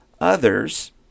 others